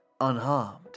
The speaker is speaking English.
unharmed